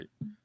Right